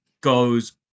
goes